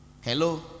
Hello